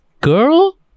girl